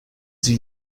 sie